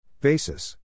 Basis